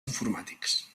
informàtics